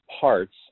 parts